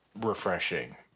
refreshing